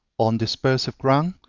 on dispersive ground,